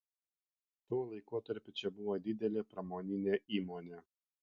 tuo laikotarpiu čia buvo didelė pramoninė įmonė